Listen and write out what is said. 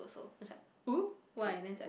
oh why then I was like